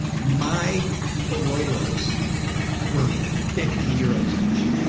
my barolos were fifty euros each.